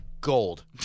Gold